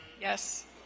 Yes